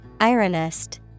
Ironist